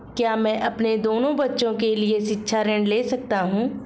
क्या मैं अपने दोनों बच्चों के लिए शिक्षा ऋण ले सकता हूँ?